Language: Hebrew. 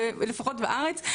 לפחות בארץ.